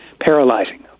paralyzing